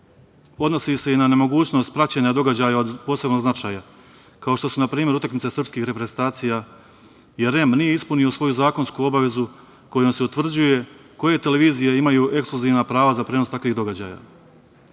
odnosi se i na nemogućnost praćenja događaja od posebnog značaja, kao što su na primer utakmice srpske reprezentacije i REM nije ispunio svoju zakonsku obavezu kojom se utvrđuje koje televizije imaju ekskluzivna prava za prenos takvih događaja. Podržavam